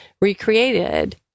recreated